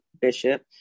Bishop